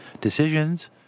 Decisions